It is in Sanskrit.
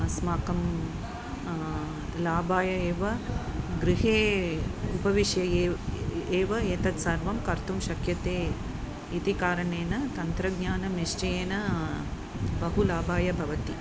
अस्माकं लाभाय एव गृहे उपविश्य ए एव एतत् सर्वं कर्तुं शक्यते इति कारणेन तन्त्रज्ञानं निश्चयेन बहु लाभाय भवति